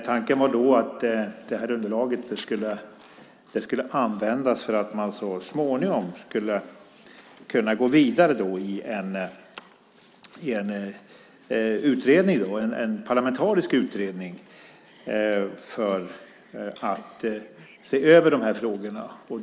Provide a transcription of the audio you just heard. Tanken var att underlaget skulle användas för att man så småningom skulle kunna gå vidare i en parlamentarisk utredning om de här frågorna.